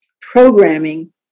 programming